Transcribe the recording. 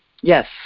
Yes